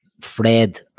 Fred